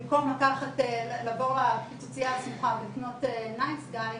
במקום לבוא לפיצוצייה הסמוכה ולקנות נייס גאי,